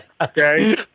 okay